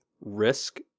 risk